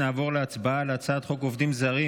נעבור להצבעה על הצעת חוק עובדים זרים